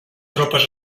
tropes